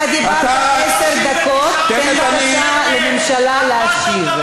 אתה דיברת עשר דקות, תן בבקשה לממשלה להשיב.